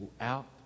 out